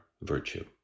virtue